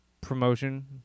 promotion